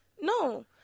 No